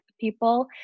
people